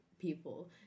people